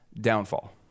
downfall